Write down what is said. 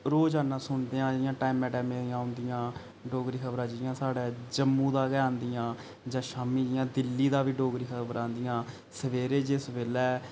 रोजाना सुनदे आं इ'यां टैम्मां टैम्मां दियां आंदियां डोगरी खबरां जि'यां साढ़े जम्मू दा गै आंदियां जां शामी जि'यां दिल्ली दा बी डोगरी खबरां आंदियां सबेरे जिस बेल्लै